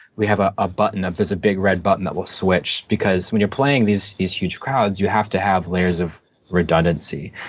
we have a ah button, there's a big red button, that will switch, because when you're playing these these huge crowds, you have to have layers of redundancy.